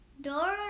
Dora